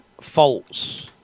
false